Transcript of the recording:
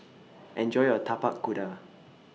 Enjoy your Tapak Kuda